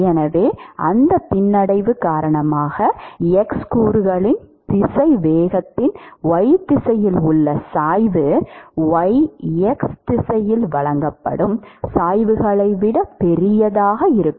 எனவே அந்த பின்னடைவு காரணமாக x கூறுகளின் திசைவேகத்தின் y திசையில் உள்ள சாய்வு y x திசையில் வழங்கப்படும் சாய்வுகளை விட பெரியதாக இருக்கும்